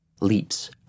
Leaps